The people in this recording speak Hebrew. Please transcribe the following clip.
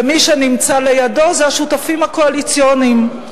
ומי שנמצא לידו זה השותפים הקואליציוניים.